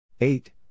eight